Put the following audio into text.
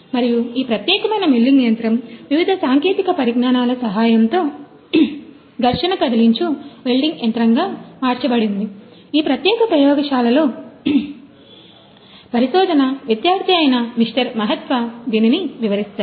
మరియు ఈ ప్రత్యేకమైన మిల్లింగ్ యంత్రం వివిధ సాంకేతిక పరిజ్ఞానాల సహాయంతో ఘర్షణ కదిలించు వెల్డింగ్ యంత్రంగా మార్చబడింది ఈ ప్రత్యేక ప్రయోగశాలలో పరిశోధన విద్యార్థి అయిన మిస్టర్ మహాత్వా దీనిని వివరిస్తారు